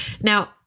Now